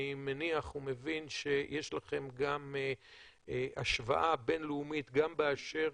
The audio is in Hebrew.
אני מניח ומבין שיש לכם גם השוואה בין-לאומית גם באשר